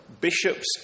Bishop's